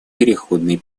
переходный